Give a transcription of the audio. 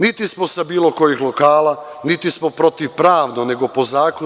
Niti smo sa bilo kojih lokala, niti smo protivpravnog, nego po zakonu.